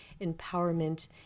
empowerment